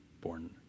born